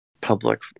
public